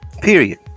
Period